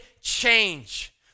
change